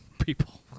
people